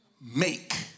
make